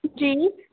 जी